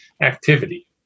activity